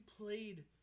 played